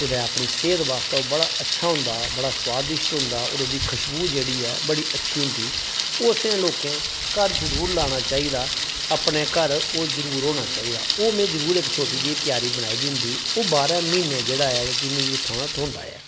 कुदै अपनी सेह्त वास्तै ओह् बड़ा अच्छा होंदा बड़ा स्वादिश्ट होंदा होर ओह्दी खुशबू जेह्ड़ी ऐ बड़ी अच्छी होंदी ओह् असें लोकें घर जरूर लाना चाहिदा अपने घर ओह् जरूर होना चाहिदा ओह् में जरूर इक छोटी जेही क्यारी बनाई दी होंदी ओह् बारां म्हीने जेह्ड़ा ऐ कि मी उत्थुआं दा थ्होंदा ऐ